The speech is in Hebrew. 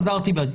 חזרתי בי.